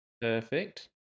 Perfect